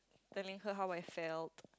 telling her how I felt